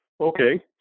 Okay